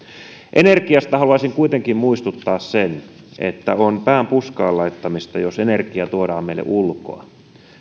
energiasta haluaisin kuitenkin muistuttaa sen että on pään puskaan laittamista jos energia tuodaan meille ulkoa